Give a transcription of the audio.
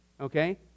okay